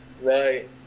Right